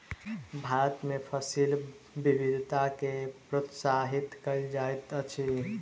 भारत में फसिल विविधता के प्रोत्साहित कयल जाइत अछि